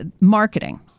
marketing